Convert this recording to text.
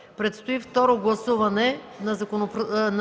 предстои второ гласуване на Законопроекта